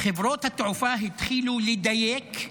חברות התעופה התחילו לדייק,